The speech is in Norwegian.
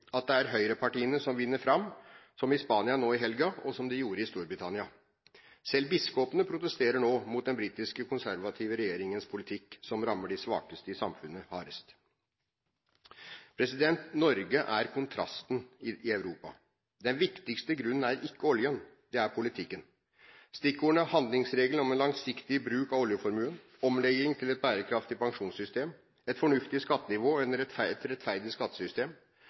at det er høyrepartiene som vinner fram, som i Spania nå i helgen og som de gjorde i Storbritannia. Selv biskopene protesterer nå mot den britiske konservative regjeringens politikk, som rammer de svakeste i samfunnet hardest. Norge er kontrasten i Europa. Den viktigste grunnen er ikke oljen, det er politikken. Stikkordene er: handlingsregelen om en langsiktig bruk av oljeformuen, omleggingen til et bærekraftig pensjonssystem, et fornuftig skattenivå, et rettferdig skattesystem